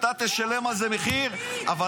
אתה תשלם על זה מחיר -- לא,